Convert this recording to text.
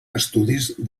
estudis